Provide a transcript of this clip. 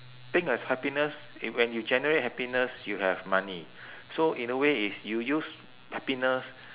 think of happiness eh when you generate happiness you have money so in a way is you use happiness